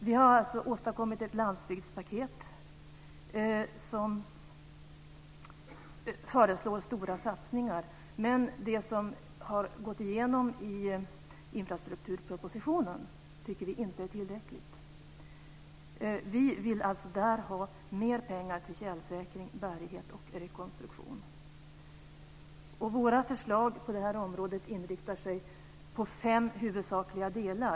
Vi har alltså åstadkommit ett landsbygdspaket som föreslår stora satsningar, men det som har gått igenom i infrastrukturpropositionen tycker vi inte är tillräckligt. Vi vill alltså där ha mer pengar till tjälsäkring, bärighet och rekonstruktion. Våra förslag på det här området inriktar sig på fem huvudsakliga delar.